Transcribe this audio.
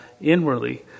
inwardly